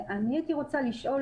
אני רוצה לשאול,